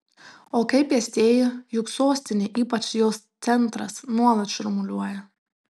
o kaip pėstieji juk sostinė ypač jos centras nuolat šurmuliuoja